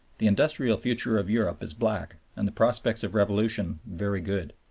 the industrial future of europe is black and the prospects of revolution very good.